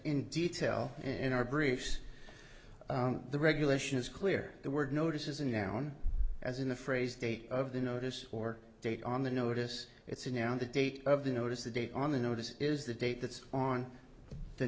in detail and are briefs the regulations clear the word notices and down as in the phrase date of the notice or date on the notice it's a noun the date of the notice the date on the notice is the date that's on the